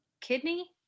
kidney